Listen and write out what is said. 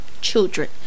children